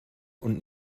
und